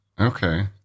Okay